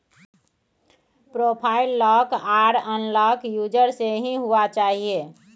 profile lock आर unlock user से ही हुआ चाहिए